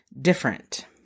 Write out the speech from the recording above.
different